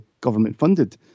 government-funded